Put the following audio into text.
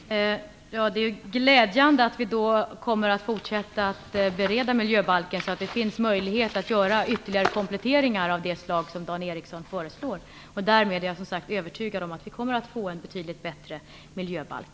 Fru talman! Det är glädjande att vi kommer att fortsätta att bereda miljöbalken. Då finns det möjligheter att göra ytterligare kompletteringar av det slag som Dan Ericsson föreslår. Därmed är jag, som sagt, övertygad om att det kommer att bli en betydligt bättre miljöbalk.